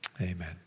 Amen